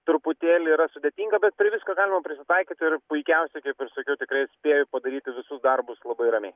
truputėlį yra sudėtinga bet prie visko galima prisitaikyti ir puikiausiai kaip ir sakiau tikrai spėju padaryti visus darbus labai ramiai